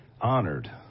honored